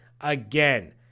again